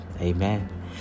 Amen